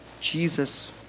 Jesus